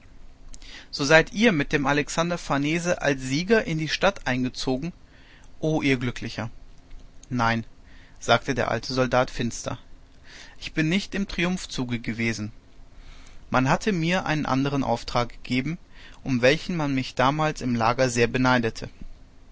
so seid ihr mit dem alexander farnese als sieger in die stadt eingezogen o ihr glücklicher nein sagte der alte soldat finster ich bin nicht im triumphzuge gewesen man hatte mir einen andern auftrag gegeben um welchen man mich damals im lager sehr beneidete